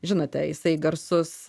žinote jisai garsus